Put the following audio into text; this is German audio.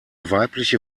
weibliche